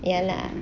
ya lah